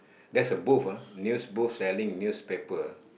there's a booth ah news booth selling newspaper